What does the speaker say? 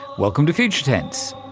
welcome to future tense.